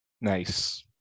Nice